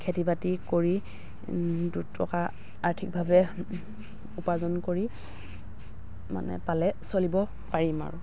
খেতি বাতি কৰি দুটকা আৰ্থিকভাৱে উপাৰ্জন কৰি মানে পালে চলিব পাৰিম আৰু